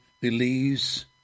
believes